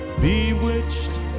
Bewitched